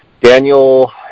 Daniel